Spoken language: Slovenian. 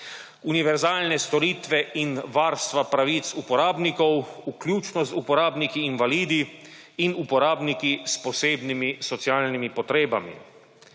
univerzalne storitve in varstva pravic uporabnikov, vključno z uporabniki invalidi in uporabniki s posebnimi socialnimi potrebami.